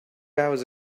hours